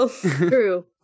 True